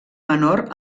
menor